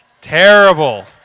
Terrible